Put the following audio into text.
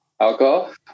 alcohol